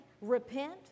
repent